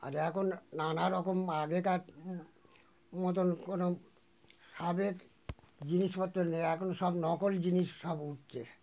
আর এখন নানা রকম আগেকার মো মতন কোনো সাবেক জিনিসপত্র নেই এখন সব নকল জিনিস সব উঠছে